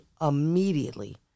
immediately